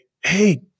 hey